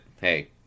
Hey